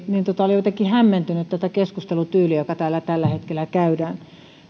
niin olin jotenkin hämmentynyt sen keskustelun tyylistä jota täällä tällä hetkellä käydään